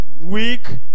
week